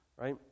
right